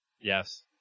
Yes